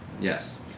Yes